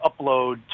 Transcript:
upload